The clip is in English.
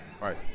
Right